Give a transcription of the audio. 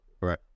Right